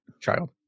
child